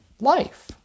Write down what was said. life